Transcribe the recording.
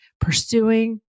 pursuing